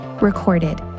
recorded